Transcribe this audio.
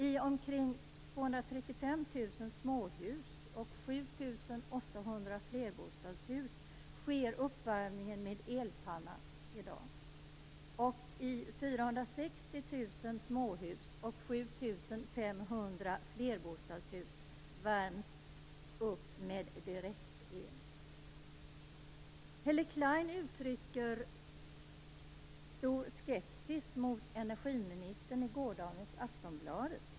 I omkring 235 000 Helle Klein uttrycker stor skepsis mot energiministern i gårdagens Aftonbladet.